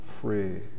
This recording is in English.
free